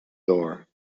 door